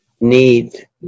Need